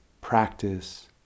practice